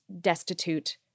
destitute